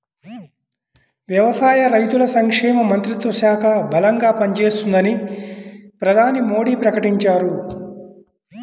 వ్యవసాయ, రైతుల సంక్షేమ మంత్రిత్వ శాఖ బలంగా పనిచేస్తుందని ప్రధాని మోడీ ప్రకటించారు